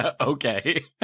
Okay